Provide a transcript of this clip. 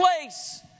place